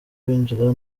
abinjira